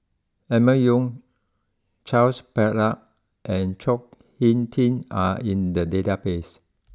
Emma Yong Charles Paglar and Chao Hick Tin are in the databases